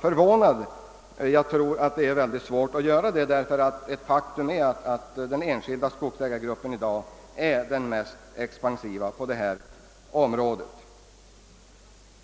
förvåna mig om motionärerna kunde visa på någon annan sådan grupp. Faktum är nämligen att de enskilda skogsägarna idag är den mest expansiva gruppen.